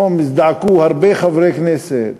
ופתאום הזדעקו הרבה חברי כנסת,